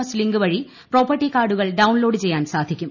S link വഴി property കാർഡുകൾ download ചെയ്യാൻ സാധിക്കും